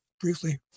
briefly